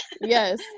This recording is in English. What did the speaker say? yes